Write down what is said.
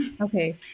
okay